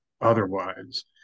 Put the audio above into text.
otherwise